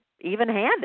even-handed